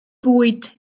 fwyd